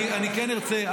אני כן ארצה,